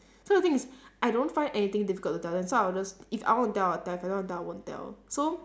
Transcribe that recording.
so the thing is I don't find anything difficult to tell them so I'll just if I want to tell I'll tell if I don't want to tell I won't tell so